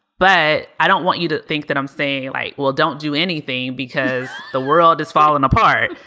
but i don't want you to think that. i'm saying like, well, don't do anything because the world is falling apart.